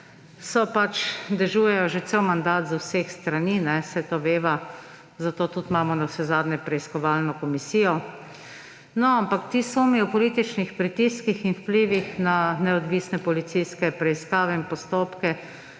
dežujejo že cel mandat iz vseh strani, saj to veva, zato tudi imamo navsezadnje preiskovalno komisijo. No, ampak ti sumi o političnih pritiskih in vplivih na neodvisne policijske preiskave in postopke